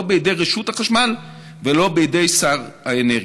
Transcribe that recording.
לא בידי רשות החשמל ולא בידי שר האנרגיה.